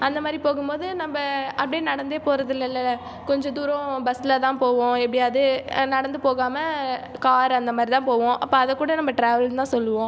அந்தமாதிரி போகும் போது நம்ம அப்படியே நடந்தே போகிறது இல்லைல கொஞ்ச தூரம் பஸ்ஸில் தான் போவோம் எப்படியாவது நடந்து போகாமல் கார் அந்த மாதிரி தான் போவோம் அப்போ அதைக்கூட நம்ம ட்ராவல்னு தான் சொல்லுவோம்